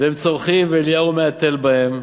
והם צורחים, ואליהו מהתל בהם,